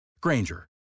Granger